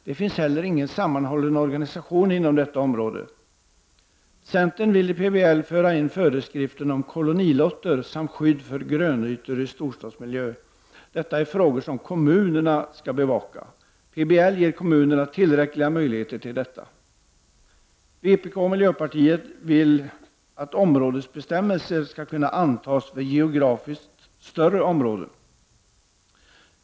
Det finns heller ingen sammanhållen organisation inom detta område. Centern vill i PBL införa föreskrifter om kolonilotter samt skydd för grönytor i storstadsmiljö. Detta är frågor som kommunerna skall bevaka. PBL ger kommunerna tillräckliga möjligheter till detta. Vpk och miljöpartiet vill att områdesbestämmelserna skall kunna antas för större geografiska områden.